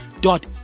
dot